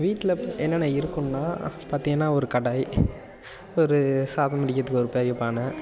வீட்டில் இப்போ என்னென்ன இருக்குன்னால் பார்த்தீங்கனா ஒரு கடாய் ஒரு சாதம் வடிகிறதுக்கு ஒரு பெரிய பானை